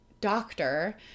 doctor